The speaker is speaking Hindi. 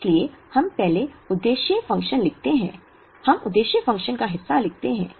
इसलिए हम पहले उद्देश्य फ़ंक्शन लिखते हैं हम उद्देश्य फ़ंक्शन का हिस्सा लिखते हैं